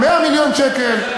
100 מיליון ש”ח,